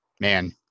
man